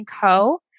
Co